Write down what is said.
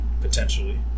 potentially